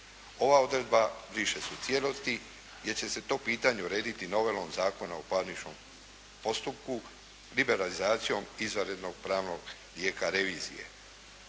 Ova odredba briše se u cijelosti, jer će se to pitanje urediti novelom Zakona o parničnom postupku, liberalizacijom izvanrednog pravnog lijeka revizije.